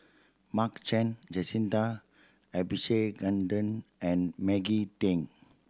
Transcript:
Mark Chan Jacintha Abisheganaden and Maggie Teng